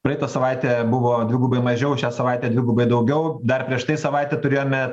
praeitą savaitę buvo dvigubai mažiau šią savaitę dvigubai daugiau dar prieš tai savaitę turėjome